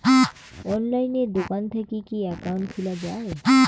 অনলাইনে দোকান থাকি কি একাউন্ট খুলা যায়?